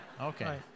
Okay